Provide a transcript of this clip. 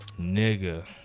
Nigga